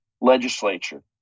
legislature